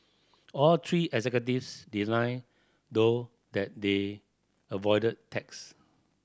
all three executives denied though that they avoided tax